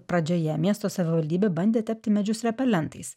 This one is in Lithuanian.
pradžioje miesto savivaldybė bandė tepti medžius repelentais